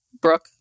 brooke